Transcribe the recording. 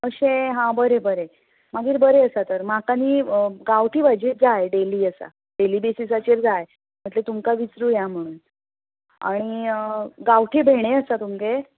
अशें हा बरें बरें मागीर बरें आसा तर म्हाका न्ही गांवठी भाजी जाय डेली आसा डेली बेसिसाचेर जाय म्हटलें तुमकां विचरुया म्हुणून आनी गांवठी भेंडे आसा तुमगेर